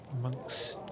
Monk's